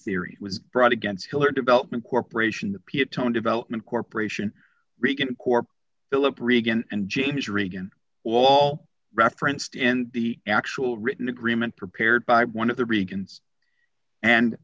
theory was brought against hillary development corp the peotone development corporation regan corp philip regan and james regan all referenced in the actual written agreement prepared by one of the regions and